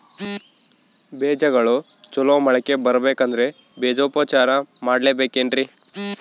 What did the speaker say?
ಬೇಜಗಳು ಚಲೋ ಮೊಳಕೆ ಬರಬೇಕಂದ್ರೆ ಬೇಜೋಪಚಾರ ಮಾಡಲೆಬೇಕೆನ್ರಿ?